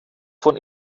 von